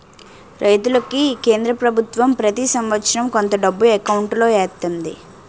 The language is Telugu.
రైతులకి కేంద్ర పభుత్వం ప్రతి సంవత్సరం కొంత డబ్బు ఎకౌంటులో ఎత్తంది